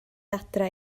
adre